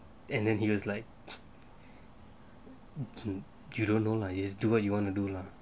and then he was like you don't know lah you just do what you want to do lah